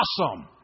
awesome